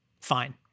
fine